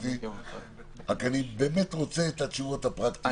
אני באמת רוצה את התשובות הפרקטיות.